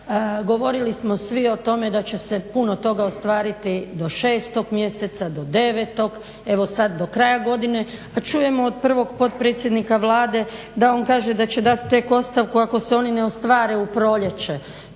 govorili smo svi o tome da će se puno toga ostvariti do 6.mjeseca, do 9., evo sad do kraja godine. Pa čujemo od prvog potpredsjednika Vlade da on kaže da će dat tek ostavku ako se oni ne ostvare u proljeće.